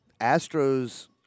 Astros